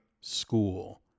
school